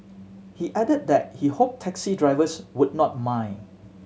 he added that he hope taxi drivers would not mind